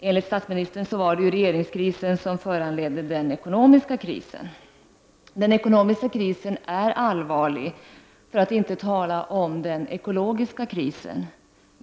Enligt statsministern var det regeringskrisen som föranledde den ekonomiska krisen. Den ekonomiska krisen är allvarlig, för att inte tala om den ekologiska krisen.